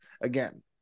again